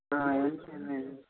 ಹಾಂ ಎಂಟು ಜನ ಇದೀರಾ